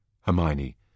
Hermione